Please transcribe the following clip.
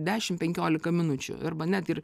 dešimt penkiolika minučių arba net ir